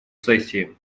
сессии